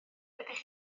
ydych